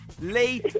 Lee